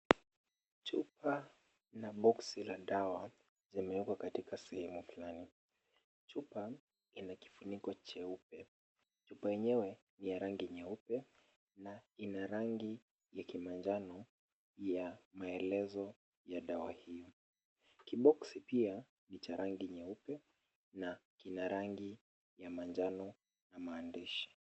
Chupa na boksi la dawa zimewekwa katika sehemu fulani, chupa ina kifuniko cheupe. Chupa yenyewe ni ya rangi nyeupe na ina rangi ya kimanjano ya maelezo ya dawa hiyo. Kiboksi pia ni cha rangi nyeupe na kina rangi ya manjano na maandishi.